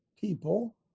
people